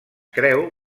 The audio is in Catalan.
creu